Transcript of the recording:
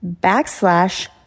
backslash